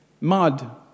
mud